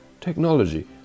technology